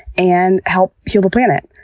and help heal the planet.